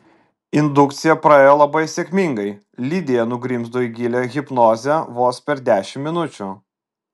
indukcija praėjo labai sėkmingai lidija nugrimzdo į gilią hipnozę vos per dešimt minučių